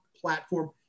platform